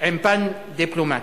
עם פן דיפלומטי.